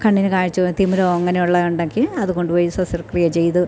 കണ്ണിന് കാഴ്ചയോ തിമിരമോ അങ്ങനെയുള്ള ഉണ്ടെങ്കിൽ അതു കൊണ്ടു പോയി ശസ്ത്രക്രിയ ചെയ്ത്